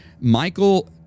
Michael